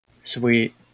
sweet